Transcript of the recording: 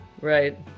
Right